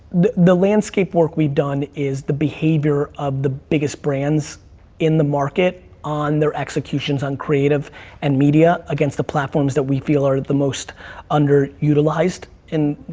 the the landscape work we've done is the behavior of the biggest brands in the market on their executions on creative and media, against the platforms that we feel are the most underutilized in,